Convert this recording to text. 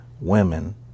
women